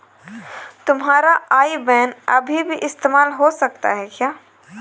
तुम्हारा IBAN अभी भी इस्तेमाल हो सकता है क्या?